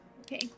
Okay